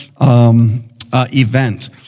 event